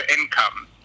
income